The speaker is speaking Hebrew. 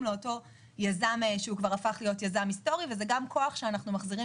לאותו יזם שהפך להיות יזם היסטורי וזה גם כוח שאנחנו מחזירים